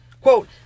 Quote